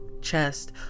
chest